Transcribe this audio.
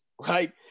right